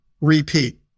Repeat